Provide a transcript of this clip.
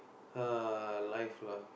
life lah